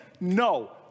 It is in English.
No